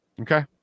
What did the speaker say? Okay